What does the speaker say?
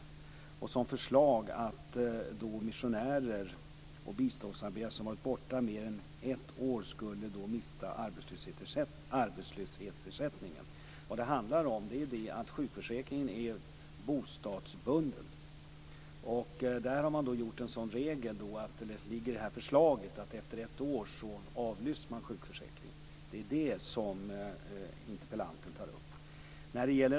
Det handlar om ett förslag att missionärer och biståndsarbetare som har varit borta mer än ett år skulle mista arbetslöshetsersättningen. Sjukförsäkringen är bostadsbunden. I förslaget ingår att sjukförsäkringen avlyfts efter ett år, och det är det som interpellanten tar upp.